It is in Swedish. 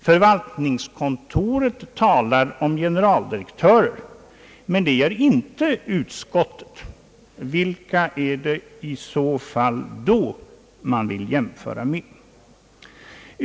Förvaltningskontoret talar om generaldirektörer, men det gör inte utskottet. Vilka är det i så fall då man vill jämföra med?